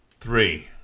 three